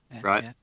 Right